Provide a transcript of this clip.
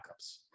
backups